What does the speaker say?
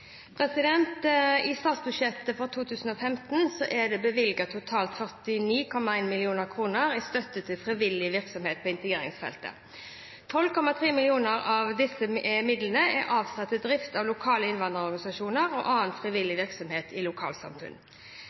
I statsbudsjettet for 2015 er det bevilget totalt 49,1 mill. kr i støtte til frivillig virksomhet på integreringsfeltet. 12,3 mill. kr av disse midlene er avsatt til drift av lokale innvandrerorganisasjoner og annen frivillig virksomhet i lokalsamfunn.